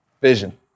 vision